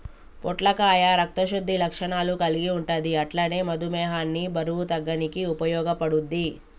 పొట్లకాయ రక్త శుద్ధి లక్షణాలు కల్గి ఉంటది అట్లనే మధుమేహాన్ని బరువు తగ్గనీకి ఉపయోగపడుద్ధి